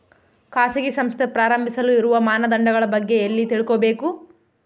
ಖಾಸಗಿ ಸಂಸ್ಥೆ ಪ್ರಾರಂಭಿಸಲು ಇರುವ ಮಾನದಂಡಗಳ ಬಗ್ಗೆ ಎಲ್ಲಿ ತಿಳ್ಕೊಬೇಕು?